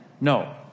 no